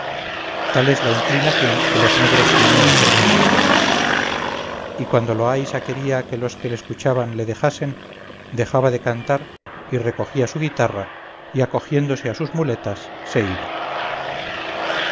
tal es la inclinación que los negros tienen a ser músicos y cuando loaysa quería que los que le escuchaban le dejasen dejaba de cantar y recogía su guitarra y acogiéndose a sus muletas se iba